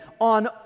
on